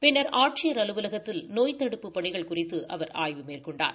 பின்னர் ஆட்சியர் அலுவலகத்தில் நோய் தடுப்புப் பணிகள் குறித்து அவர் ஆய்வு மேற்கொண்டார்